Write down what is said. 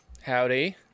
Howdy